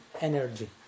energy